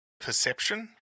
perception